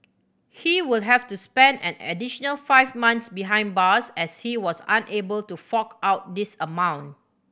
he will have to spend an additional five months behind bars as he was unable to fork out this amount